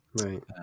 Right